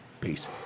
Peace